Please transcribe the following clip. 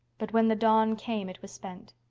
but when the dawn came it was spent.